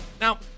Now